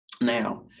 now